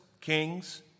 kings